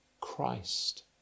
Christ